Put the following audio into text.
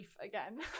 again